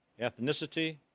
ethnicity